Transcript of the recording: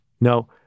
No